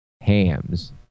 hams